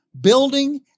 building